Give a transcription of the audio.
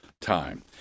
time